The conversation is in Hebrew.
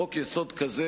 חוק-יסוד כזה,